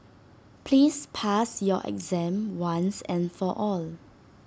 please pass your exam once and for all